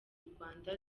rwanda